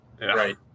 right